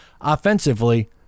offensively